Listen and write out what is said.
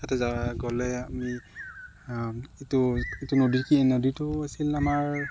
তাতে যাৱা গ'লে আমি এইটো এইটো নদী কি নদীটো আছিল আমাৰ